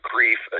Grief